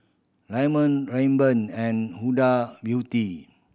Diamond Rayban and Huda Beauty